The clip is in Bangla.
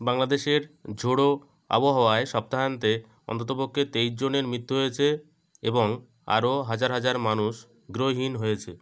বাংলাদেশের ঝড়ো আবহাওয়ায় সপ্তাহান্তে অন্তত পক্ষে তেইশজনের মিত্যু হয়েছে এবং আরও হাজার হাজার মানুষ গৃহহীন হয়েছে